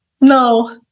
No